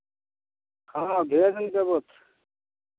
हँ भेज ने देबहु